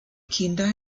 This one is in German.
kinder